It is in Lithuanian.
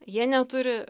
jie neturi